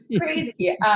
crazy